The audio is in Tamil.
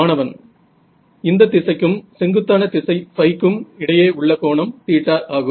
மாணவன் இந்த திசைக்கும் செங்குத்தான திசை ϕ க்கும் இடையே உள்ள கோணம் θ ஆகும்